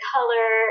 Color